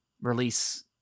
release